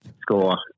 score